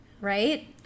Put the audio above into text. right